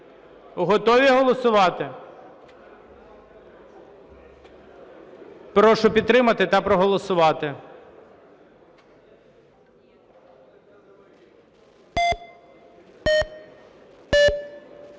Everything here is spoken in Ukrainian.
Готові голосувати? Прошу підтримати та проголосувати.